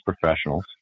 professionals